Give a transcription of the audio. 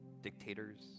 dictators